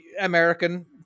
American